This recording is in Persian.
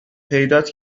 پیدات